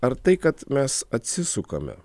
ar tai kad mes atsisukame